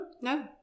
no